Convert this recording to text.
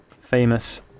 famous